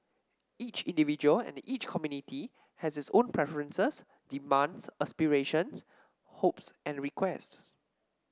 each individual and each community has its own preferences demands aspirations hopes and requests